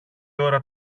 ώρα